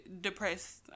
depressed